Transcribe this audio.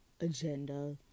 agenda